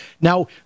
Now